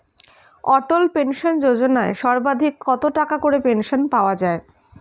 অটল pension Yojana সর্বাধিক কত টাকা করে পেনশন পাওয়া যায়?